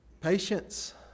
Patience